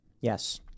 Yes